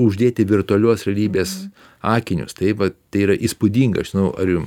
uždėti virtualios realybės akinius taip va tai yra įspūdinga aš nežinau ar jum